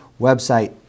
website